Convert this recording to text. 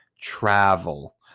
travel